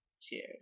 Cheers